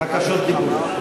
בקשות דיבור.